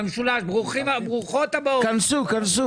השאלה שלך שאלה טובה אבל אצלי יש איזה רעיון